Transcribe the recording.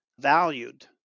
valued